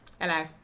Hello